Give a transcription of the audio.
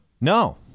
No